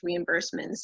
reimbursements